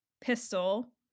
pistol